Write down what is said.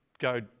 go